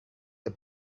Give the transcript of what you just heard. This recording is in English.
the